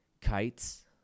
Kites